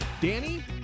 Danny